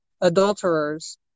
adulterers